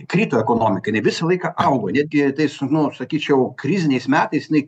krito ekonomika jinai visą laiką augo netgi tais nu sakyčiau kriziniais metais jinai